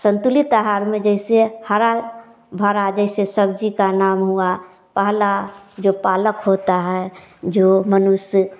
संतुलित आहार में जैसे हरा भरा जैसे सब्जी का नाम हुआ पहला जो पालक होता है जो मनुष्य